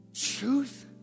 Truth